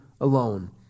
alone